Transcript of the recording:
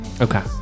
okay